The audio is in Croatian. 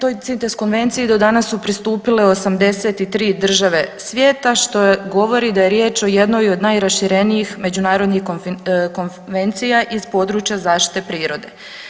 Toj CITES konvenciji do danas su pristupile 83 države svijeta što govori da je riječ o jednoj od najraširenijih međunarodnih konvencija iz područja zaštite prirode.